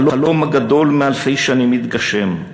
החלום הגדול מאלפי שנים התגשם,